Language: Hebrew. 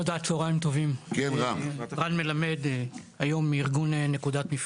תודה, צוהריים טובים, אני מארגון "נקודת מפנה".